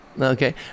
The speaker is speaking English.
Okay